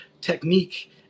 technique